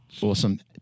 awesome